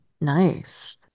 nice